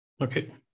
Okay